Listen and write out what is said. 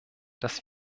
dass